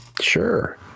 Sure